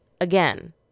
Again